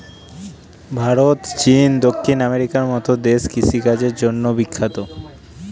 ভারত, চীন, দক্ষিণ আমেরিকার মতো দেশ কৃষিকাজের জন্য বিখ্যাত